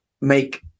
make